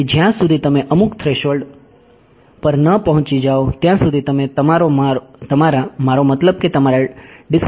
તેથી જ્યાં સુધી તમે અમુક થ્રેશોલ્ડ પર ન પહોંચી જાઓ ત્યાં સુધી તમે તમારા મારો મતલબ કે તમારા ડીસ્ક્રીતીઝેશનને વધુ ફાઈનર કરતા રહો